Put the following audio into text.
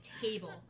table